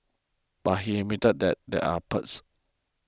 but he admitted that there are perks